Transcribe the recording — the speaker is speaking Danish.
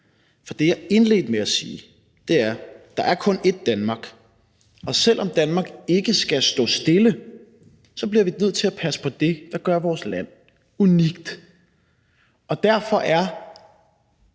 for det, jeg indledte med at sige, var: Der er kun ét Danmark, og selv om Danmark ikke skal stå stille, bliver vi nødt til at passe på det, der gør vores land unikt. Derfor er